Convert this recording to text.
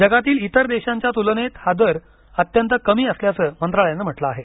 जगातील इतर देशांच्या तुलनेत हा दर अत्यंत कमी असल्याचं मंत्रालयानं म्हटलं आहे